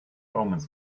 omens